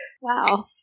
Wow